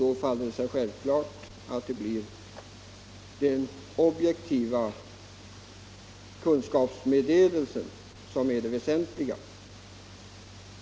Då faller det av sig självt att den objektiva kunskapsmeddelelsen blir väsentlig.